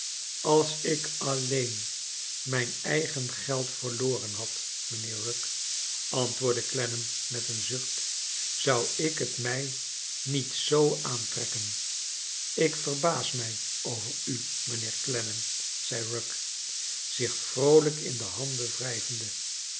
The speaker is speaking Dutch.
als ik alleen mijn eigen geld verloren had mijnheer rugg antwoordde clennam met een zucht zou ik het mij niet zoo aantrekken ik verbaas mij over u mijnheer clennam zei rugg zich vroolijk in de handen